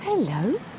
Hello